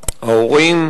ההורים,